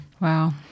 Wow